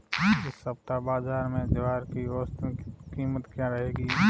इस सप्ताह बाज़ार में ज्वार की औसतन कीमत क्या रहेगी?